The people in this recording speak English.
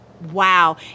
Wow